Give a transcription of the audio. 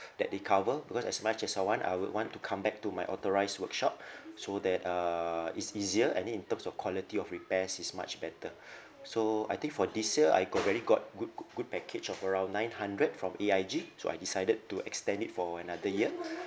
that they cover because as much as I want I would want to come back to my authorised workshop so that uh it's easier and then in terms of quality of repairs is much better so I think for this year I g~ already got good good good package of around nine hundred from A_I_G so I decided to extend it for another year